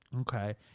Okay